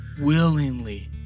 willingly